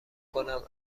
کنم